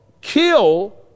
kill